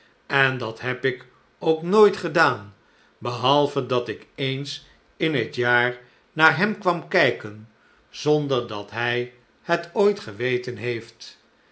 en dat heb ik ook nooit gedaan behalve dat ik eens in het jaar naar hem kwam kijken zonder dat hij het ooit geweten heeft